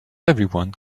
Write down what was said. everyone